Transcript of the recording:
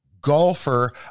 golfer